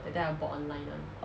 but then I bought online [one]